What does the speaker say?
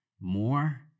more